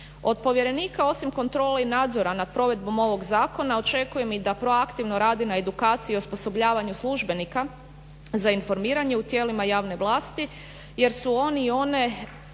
Od povjerenika osim kontrole i nadzora nad provedbom ovog zakona očekujem i da proaktivno radi na edukaciji i osposobljavanju službenika za informiranje u tijelima javne vlasti jer su oni i one